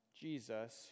Jesus